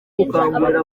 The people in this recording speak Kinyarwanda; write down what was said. gukangurira